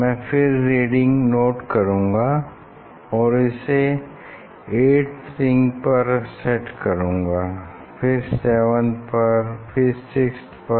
मैं फिर reading note करूँगा और इसे 8th रिंग पर सेट करूँगा फिर 7 पर फिर 6 पर